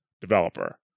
developer